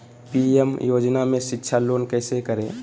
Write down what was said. PM योजना में शिक्षा लोन कैसे करें?